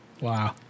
Wow